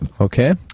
Okay